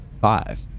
five